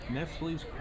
Nestle's